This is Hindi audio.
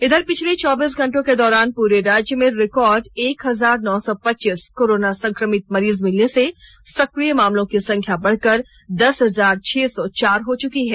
इधर पिछले चौबीस घंटों के दौरान पूरे राज्य में रिकॉर्ड एक हजार नौ सौ पच्चीस कोरोना संक्रमित मरीज मिलने से सक्रिय मामलों की संख्या बढ़कर दस हजार छह सौ चार हो चुकी है